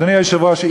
אדוני היושב-ראש,